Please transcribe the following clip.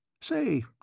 Say